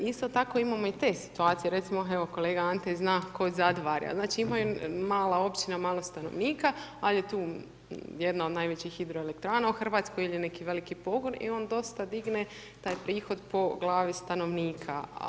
Znači isto tako imamo i te situacije, recimo evo kolega Ante zna kod Zadvarja znači imaju mala općina, malo stanovnika ali je tu jedna od najvećih hidroelektrana u Hrvatskoj ili je neki veliki pogon i on dosta digne taj prihod po glavi stanovnika.